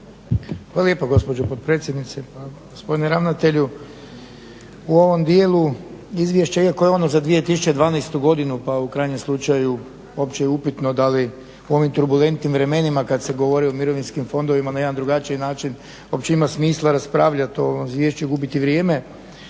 Hvala lijepo gospođo potpredsjednice. Pa gospodine ravnatelju u ovom dijelu izvješća iako je ono za 2012.godinu pa u krajnjem slučaju uopće je upitno da li u ovim turbulentnim vremenima kada se govori o mirovinskim fondovima na jedan drugačiji način uopće ima smisla raspravljati o ovome izvješću i gubiti vrijeme,